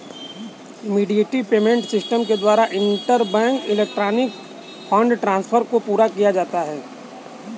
immediate payment system के द्वारा interbank electronic fund transfer को पूरा किया जाता है